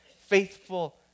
faithful